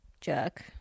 jerk